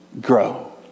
grow